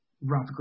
rough